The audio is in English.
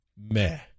meh